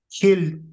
killed